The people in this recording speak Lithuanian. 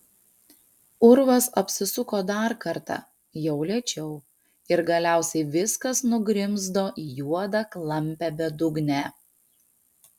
urvas apsisuko dar kartą jau lėčiau ir galiausiai viskas nugrimzdo į juodą klampią bedugnę